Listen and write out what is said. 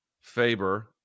Faber